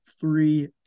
three